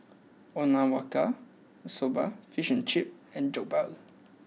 Okinawa soba Fish and Chip and Jokbal